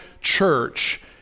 church